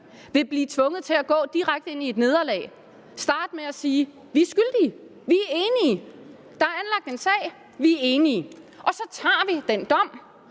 vil blive tvunget til at gå direkte ind i et nederlag, starte med at sige: Vi er skyldige. Vi er enige. Der er anlagt en sag, vi er enige, og så tager vi den dom.